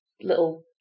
little